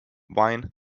wine